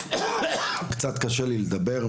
קצת קשה לי לדבר.